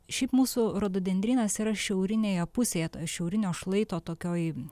šiaip mūsų rododendrynas yra šiaurinėje pusėje šiaurinio šlaito tokioj